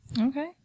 Okay